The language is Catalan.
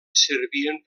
servien